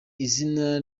izina